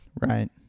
Right